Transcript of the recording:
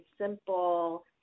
simple